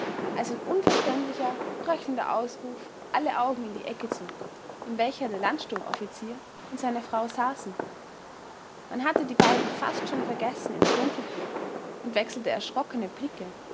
als ein unverständlicher röchelnder ausruf alle augen in die ecke zog in welcher der landsturmoffizier und seine frau saßen man hatte die beiden fast schon vergessen in der dunkelheit und wechselte erschrockene blicke